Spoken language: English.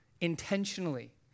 intentionally